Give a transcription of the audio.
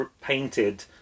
painted